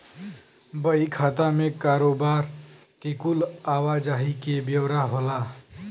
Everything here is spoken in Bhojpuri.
बही खाता मे कारोबार के कुल आवा जाही के ब्योरा होला